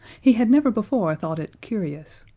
he had never before thought it curious.